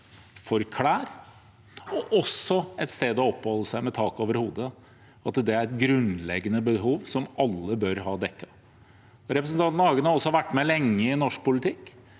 klær og også for et sted å oppholde seg med tak over hodet – at dette er grunnleggende behov som alle bør ha dekket. Representanten Hagen har vært med lenge i norsk politikk